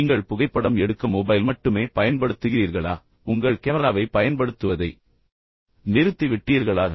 நீங்கள் புகைப்படம் எடுக்க மொபைல் மட்டுமே பயன்படுத்துகிறீர்களா உங்கள் கேமராவைப் பயன்படுத்துவதை நிறுத்திவிட்டீர்களா